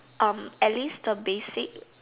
at least the basic